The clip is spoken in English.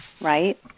right